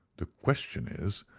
the question is,